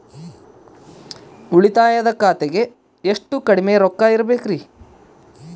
ಉಳಿತಾಯ ಖಾತೆಗೆ ಎಷ್ಟು ಕಡಿಮೆ ರೊಕ್ಕ ಇಡಬೇಕರಿ?